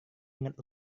ingat